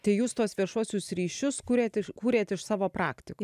tai jūs tuos viešuosius ryšius kūrėt iš kūrėt iš savo praktiko